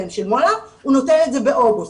והם שילמו נותן את זה באוגוסט.